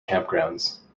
campgrounds